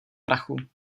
prachu